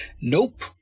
nope